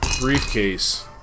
briefcase